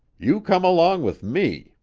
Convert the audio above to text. you come along with me!